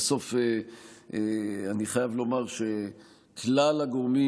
בסוף אני חייב לומר שכלל הגורמים